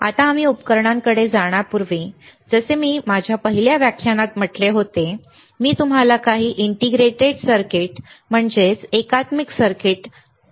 आता आम्ही उपकरणांकडे जाण्यापूर्वी जसे मी माझ्या पहिल्या व्याख्यानात म्हटले होते मी तुम्हाला काही इंटिग्रेटेड सर्किटएकात्मिक सर्किट दाखवल्या आहेत नाही का